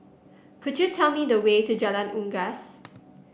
could you tell me the way to Jalan Unggas